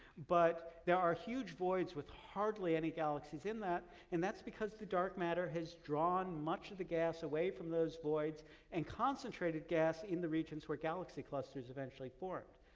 but there are huge voids with hardly any galaxies in that and that's because the dark matter has drawn much of the gas away from those voids and concentrated gas in the regions where galaxy clusters eventually form.